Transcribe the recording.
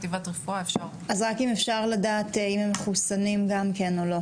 אז רק אם אפשר לדעת אם הם מחוסנים גם כן או לא,